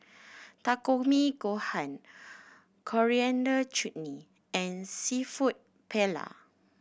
Takikomi Gohan Coriander Chutney and Seafood Paella